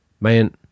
Man